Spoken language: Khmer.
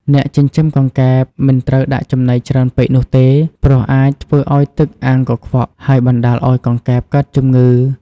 អ្នកចិញ្ចឹមកង្កែបមិនត្រូវដាក់ចំណីច្រើនពេកនោះទេ ព្រោះអាចធ្វើឲ្យទឹកអាងកខ្វក់ ហើយបណ្ដាលឲ្យកង្កែបកើតជំងឺ។